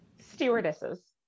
Stewardesses